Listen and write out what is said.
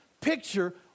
picture